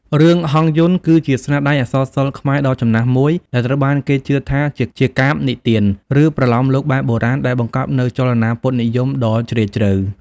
រឿង ហង្សយន្ត គឺជាស្នាដៃអក្សរសិល្ប៍ខ្មែរដ៏ចំណាស់មួយ ដែលត្រូវបានគេជឿថាជាកាព្យនិទាន ឬប្រលោមលោកបែបបុរាណ ដែលបង្កប់នូវចលនាពុទ្ធនិយមដ៏ជ្រាលជ្រៅ។